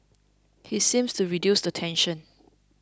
he seems to reduce the tension